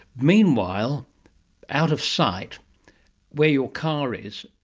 meanwhile out of sight where your car is,